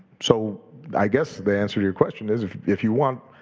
so i guess the answer to your question is if if you want,